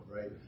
right